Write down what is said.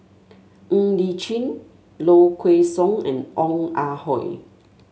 Ng Li Chin Low Kway Song and Ong Ah Hoi